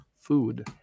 food